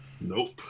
Nope